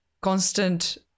constant